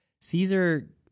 Caesar